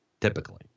Typically